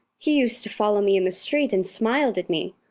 he used to follow me in the street and smiled at me,